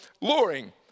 luring